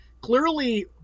clearly